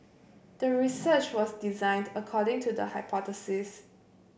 the research was designed according to the hypothesis